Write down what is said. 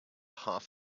half